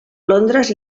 londres